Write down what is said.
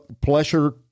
Pleasure